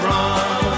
Run